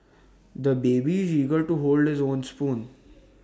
the baby is eager to hold his own spoon